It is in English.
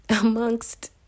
amongst